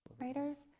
writers?